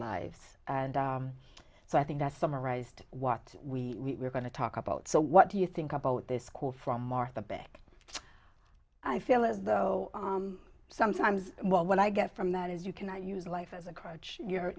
lives and so i think that's summarized what we are going to talk about so what do you think about this school from martha back i feel as though sometimes when i get from that is you cannot use life as a crutch your